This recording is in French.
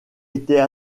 étaient